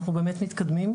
אנחנו באמת מתקדמים.